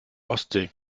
ostsee